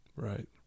Right